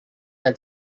had